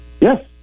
Yes